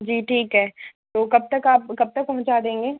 जी ठीक है तो कब तक आप कब तक पहुँचा देंगे